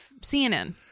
CNN